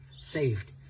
saved